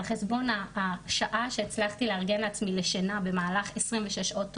על חשבון השעה שהצלחתי לארגן לעצמי לשינה במהלך 26 שעות תורנות.